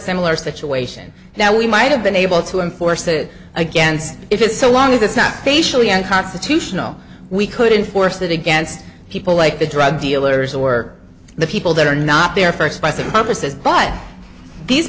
similar situation now we might have been able to enforce the against it so long as it's not facially unconstitutional we couldn't force that against people like the drug dealers or the people that are not there first by the purposes but these